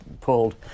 pulled